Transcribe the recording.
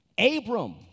Abram